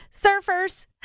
surfers